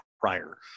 prior